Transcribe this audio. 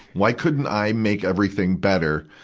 why couldn't i make everything better?